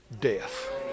death